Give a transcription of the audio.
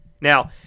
Now